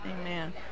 Amen